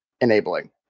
enabling